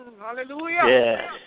Hallelujah